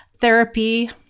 therapy